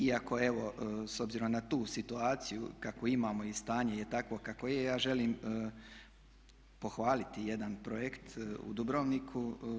Iako evo s obzirom na tu situaciju kakvu imamo i stanje je takvo kakvo je ja želim pohvaliti jedan projekt u Dubrovniku.